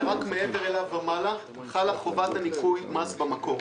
שרק מעבר אליו ומעלה חלה חובת ניכוי מס במקור.